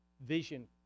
vision